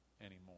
anymore